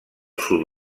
sud